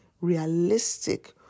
realistic